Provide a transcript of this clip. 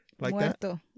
muerto